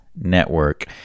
Network